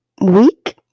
week